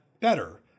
better